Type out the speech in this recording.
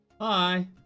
hi